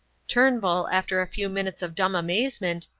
turnbull, after a few minutes of dumb amazement,